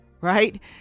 right